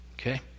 okay